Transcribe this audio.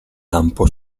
lampo